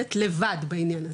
מתמודדת לבד בעניין הזה.